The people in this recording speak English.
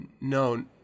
no